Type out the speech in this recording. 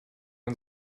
man